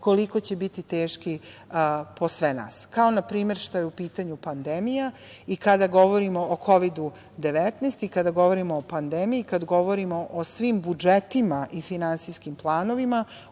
koliko će biti teški po sve nas, kao na primer što je u pitanju pandemija i kada govorimo o Kovidu-19 i kada govorimo o pandemiji, kad govorimo o svim budžetima i finansijskim planovima